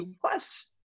plus